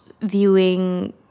viewing